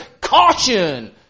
caution